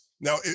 Now